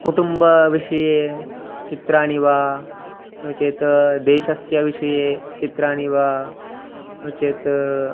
कुटुम्बविषये चित्राणि वा नो चेत् देशस्य विषये चित्राणि वा नो चेत्